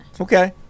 Okay